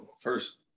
first